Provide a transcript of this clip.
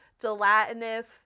gelatinous